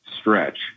stretch